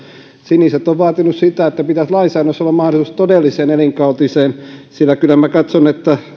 siniset ovat vaatineet sitä että pitäisi lainsäädännössä olla mahdollisuus todelliseen elinkautiseen sillä kyllä minä katson että